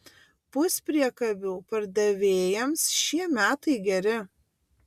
puspriekabių pardavėjams šie metai geri